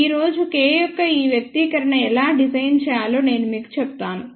ఈ రోజు K యొక్క ఈ వ్యక్తీకరణ ఎలా డిరైవ్ చేయాలో నేను మీకు చెప్తాను